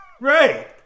Right